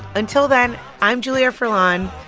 until then i'm julia furlan.